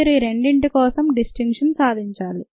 మీరు ఈ రెండింటి కోసం డిస్టింక్షన్ సాధించాలి